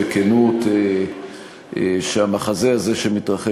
אני מוכרח להגיד בכנות שהמחזה הזה שמתרחש